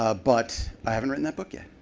ah but i haven't written that book yet.